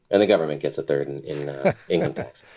and the government gets a third and in income tax,